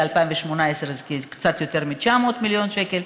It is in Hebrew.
ול-2018 זה קצת יותר מ-900 מיליון שקל.